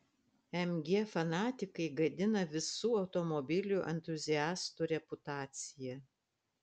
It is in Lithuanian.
mg fanatikai gadina visų automobilių entuziastų reputaciją